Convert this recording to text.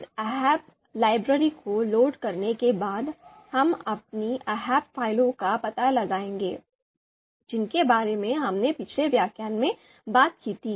इस ahp library को load करने के बाद हम अपनी ahp फाइलों का पता लगाएंगे जिनके बारे में हमने पिछले व्याख्यान में बात की थी